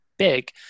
big